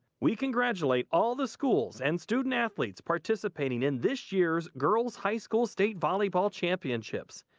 we congratulate all the schools and student athletes participating in this year's girls high school state volleyball championships.